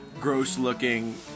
gross-looking